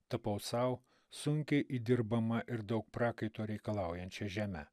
tapau sau sunkiai įdirbama ir daug prakaito reikalaujančia žeme